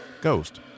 ghost